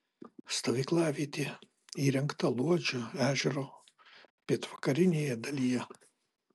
stovyklavietė įrengta luodžio ežero pietvakarinėje dalyje